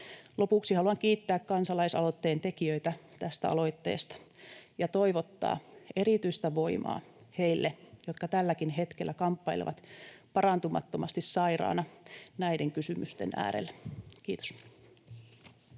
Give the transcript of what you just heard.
Lopuksi haluan kiittää kansalaisaloitteen tekijöitä tästä aloitteesta ja toivottaa erityistä voimaa heille, jotka tälläkin hetkellä kamppailevat parantumattomasti sairaana näiden kysymysten äärellä. — Kiitos.